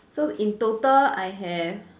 so in total I have